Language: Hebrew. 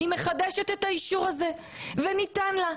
וזה ניתן לה.